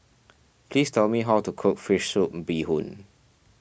please tell me how to cook Fish Soup Bee Hoon